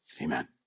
Amen